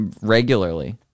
regularly